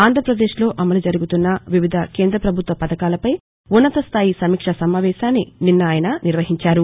ఆంధ్రప్రదేశ్లో అమలు జరుగుతున్న వివిధ కేంద్రప్రభుత్వ పథకాలపై ఉన్నతస్థాయి సమీక్షా సమావేశాన్ని నిన్న ఆయన నిర్వహించారు